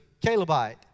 Calebite